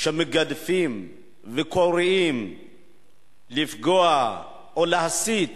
שמגדפים וקוראים לפגוע או להסית